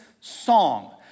song